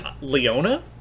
Leona